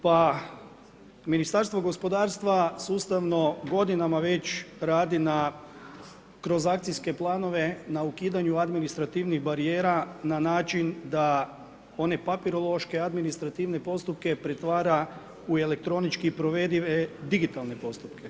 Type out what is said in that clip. Pa, Ministarstvo gospodarstva sustavno godinama već radi na, kroz akcijske planove na ukidanju administrativnih barijera na način da one papirološke administrativne postupke pretvara u elektronički provedive digitalne postupke.